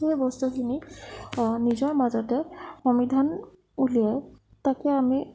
সেই বস্তুখিনি নিজৰ মাজতে সমিধান উলিয়াই তাকে আমি